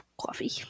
Coffee